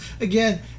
Again